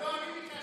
זה לא אני ביקשתי,